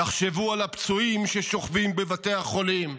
תחשבו על הפצועים ששוכבים בבתי החולים,